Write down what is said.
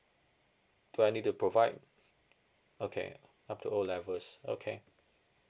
do I need to provide okay after O levels okay